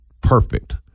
perfect